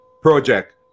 project